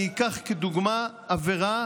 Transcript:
אני אקח כדוגמה עבירה